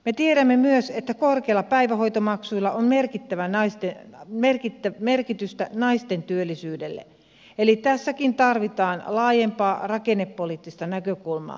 me tiedämme myös että korkeilla päivähoitomaksuilla on merkitystä naisten työllisyydelle eli tässäkin tarvitaan laajempaa rakennepoliittista näkökulmaa